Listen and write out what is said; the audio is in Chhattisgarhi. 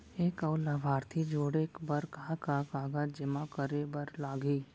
एक अऊ लाभार्थी जोड़े बर का का कागज जेमा करे बर लागही?